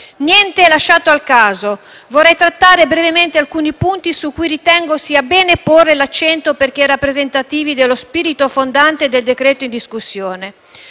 Niente è lasciato al caso. Vorrei trattare brevemente alcuni punti su cui ritengo sia bene porre l’accento perché rappresentativi dello spirito fondante del decreto in discussione.